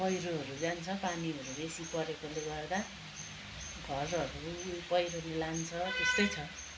पैह्रोहरू जान्छ पानीहरू बेसी परेकोले गर्दा घरहरू पैह्रोले लान्छ त्यस्तै छ